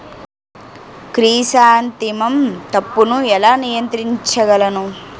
Chrysanthemum తప్పును ఎలా నియంత్రించగలను?